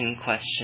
question